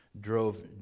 drove